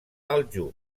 aljub